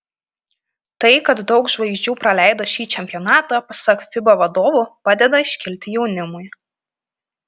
tai kad daug žvaigždžių praleido šį čempionatą pasak fiba vadovų padeda iškilti jaunimui